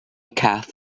cath